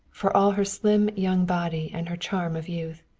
for all her slim young body and her charm of youth.